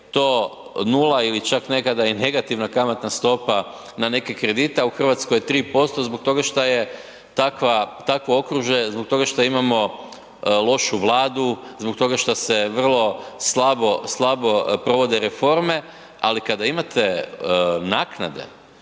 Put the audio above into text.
to nula ili čak nekada i negativna kamatna stopa na neke kredite, a u Hrvatskoj je 3% zbog toga što je takvo okružje, zbog toga šta imamo lošu Vladu, zbog toga šta se vrlo slabo provode reforme, ali kada imate naknade